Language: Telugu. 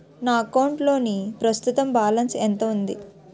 నా అకౌంట్ లోని ప్రస్తుతం బాలన్స్ ఎంత ఉంది?